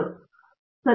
ಪ್ರತಾಪ್ ಹರಿಡೋಸ್ ಸರಿ